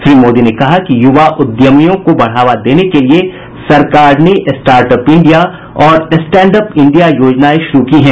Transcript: श्री मोदी ने कहा कि युवा उद्यमियों को बढ़ावा देने के लिए सरकार ने स्टार्ट अप इंडिया और स्टैंड अप इंडिया योजनाएं शुरू कीं